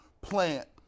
plant